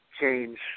change